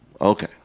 okay